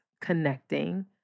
connecting